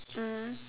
mm